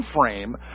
frame